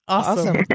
Awesome